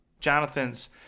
Jonathan's